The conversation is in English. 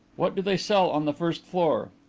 what do they sell on the first floor?